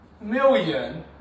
million